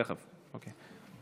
תכף, אוקיי.